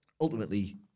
Ultimately